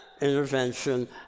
intervention